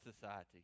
society